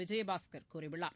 விஜயபாஸ்கர் கூறியுள்ளார்